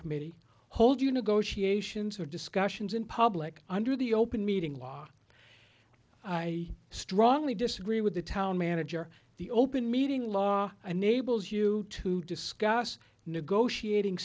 committee hold you negotiations or discussions in public under the open meeting law i strongly disagree with the town manager the open meeting law unable is you to discuss negotiating